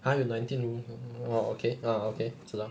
!huh! 有 nineteen room orh orh okay ah okay 知道